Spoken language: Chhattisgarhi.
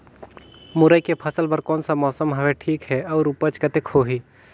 मुरई के फसल बर कोन सा मौसम हवे ठीक हे अउर ऊपज कतेक होही?